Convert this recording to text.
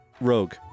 rogue